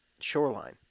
shoreline